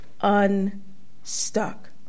unstuck